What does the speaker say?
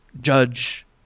judge –